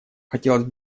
хотелось